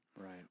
Right